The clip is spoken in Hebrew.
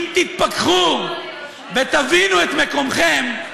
אם תתפכחו ותבינו את מקומכם,